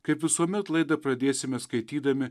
kaip visuomet laidą pradėsime skaitydami